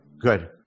Good